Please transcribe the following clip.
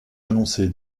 annoncée